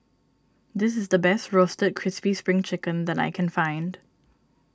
this is the best Roasted Crispy Spring Chicken that I can find